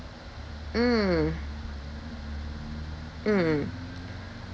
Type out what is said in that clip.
mm mm